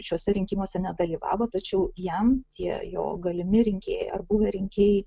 šiuose rinkimuose nedalyvavo tačiau jam tie jo galimi rinkėjai ar buvę rinkėjai